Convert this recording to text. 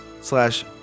slash